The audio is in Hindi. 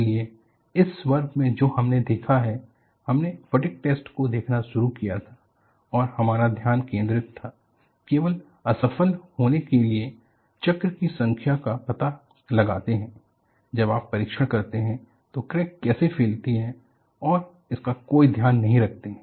इसलिए इस वर्ग में जो हमने देखा है हमने फटिग टेस्ट को देखना शुरू किया था और हमारा ध्यान केंद्रित था केवल असफल होने के लिए चक्र की संख्या का पता लगाते हैं जब आप परीक्षण करते हैं तो क्रैक कैसे फैलती है इसका कोई ध्यान नहीं रखते हैं